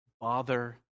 bother